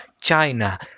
China